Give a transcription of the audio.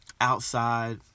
outside